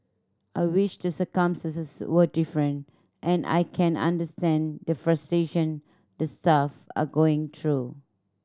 I wish the circumstance were different and I can understand the frustration the staff are going through